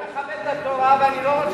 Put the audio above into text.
אבל אני מכבד את התורה ואני לא רוצה,